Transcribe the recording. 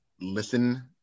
listen